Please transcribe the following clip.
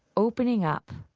opening up